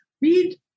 Read